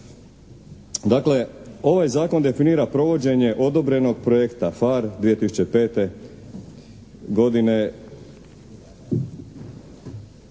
Dakle ovaj zakon definira provođenje odobrenog projekta PHARE 2005. godine